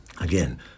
again